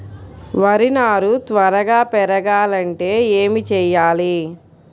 వరి నారు త్వరగా పెరగాలంటే ఏమి చెయ్యాలి?